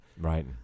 Right